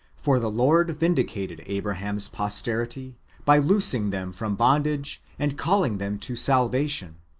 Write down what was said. for the lord vindicated abraham's posterity by loosing them from bondage and calling them to salvation,